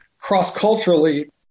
cross-culturally